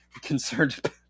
concerned